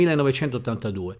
1982